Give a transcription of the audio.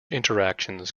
interactions